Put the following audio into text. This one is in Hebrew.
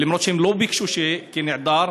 למרות שהם לא ביקשו שיהיה כנעדר,